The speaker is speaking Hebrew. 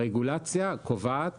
הרגולציה קובעת